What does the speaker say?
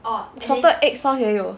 salted egg sauce 也有